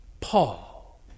Paul